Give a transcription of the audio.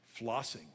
flossing